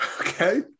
Okay